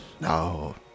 No